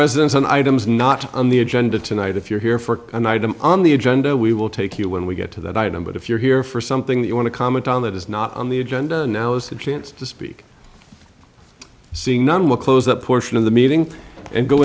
residents on items not on the agenda tonight if you're here for an item on the agenda we will take you when we get to that item but if you're here for something that you want to comment on that is not on the agenda now's the chance to speak seeing none will close that portion of the meeting and go